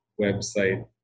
website